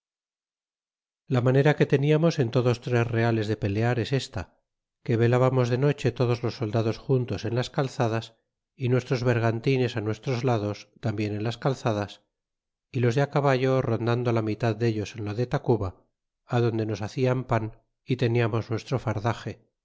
la manera que teníamos en todos tres reales de pelear es esta que velábamos de noche todos los soldados juntos en las calzadas y nuestros bergantines nuestros lados tambien en las calzadas y los de caballo rondando la mitad dellos en lo de tacuba adonde nos hacian pan y teniamos nuestro fardaxe